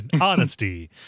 Honesty